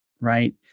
right